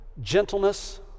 gentleness